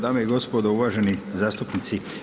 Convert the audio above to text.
Dame i gospodo uvaženi zastupnici.